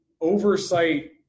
oversight